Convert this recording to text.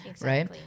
right